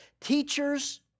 teachers